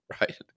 right